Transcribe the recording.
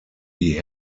die